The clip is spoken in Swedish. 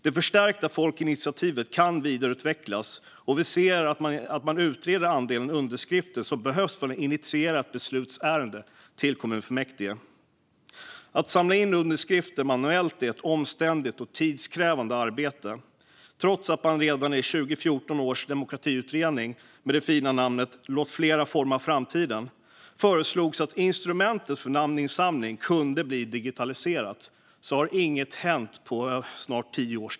Det förstärkta folkinitiativet kan vidareutvecklas, och vi vill se att man utreder andelen underskrifter som behövs för att initiera ett beslutsärende till kommunfullmäktige. Att samla in underskrifter manuellt är ett omständligt och tidskrävande arbete. Trots att man redan i 2014 års demokratiutredning med det fina namnet Låt fler forma framtiden! föreslog att instrumentet för namninsamling kunde digitaliseras har ingenting hänt på snart tio år.